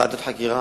ועדות חקירה,